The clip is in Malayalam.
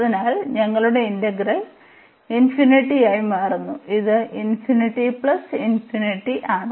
അതിനാൽ ഞങ്ങളുടെ ഇന്റഗ്രൽ ∞ ആയി മാറുന്നു ഇത് ആണ്